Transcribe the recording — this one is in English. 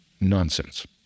Nonsense